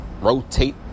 rotate